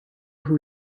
who